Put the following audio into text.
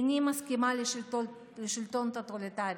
איני מסכימה לשלטון טוטליטרי.